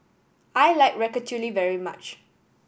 I like Ratatouille very much